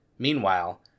Meanwhile